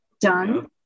done